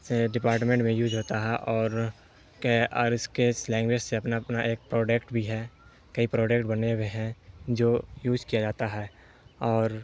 سے ڈپارٹمنٹ میں یوج ہوتا ہے اور کہ اور اس کے اس لینگویج سے اپنا اپنا ایک پروڈکٹ بھی ہے کئی پروڈکٹ بنے ہوئے ہیں جو یوج کیا جاتا ہے اور